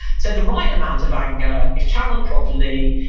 so the right amount of anger, if channeled properly,